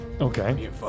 Okay